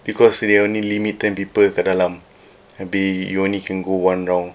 because they only limit ten people dekat dalam you only can go one round